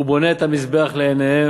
הוא בונה את המזבח לעיניהם.